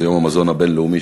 הוא יום המזון הבין-לאומי,